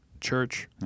church